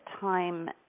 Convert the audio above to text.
time